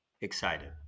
excited